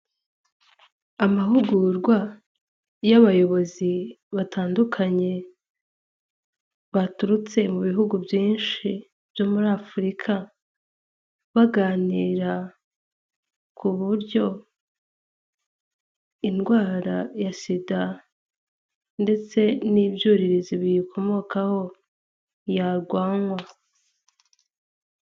Amahugurwa y'abayobozi batandukanye, baturutse mu bihugu byinshi byo muri Afurika, baganira ku buryo indwara ya SIDA ndetse n'ibyuririzi biyikomokaho yarwanywa.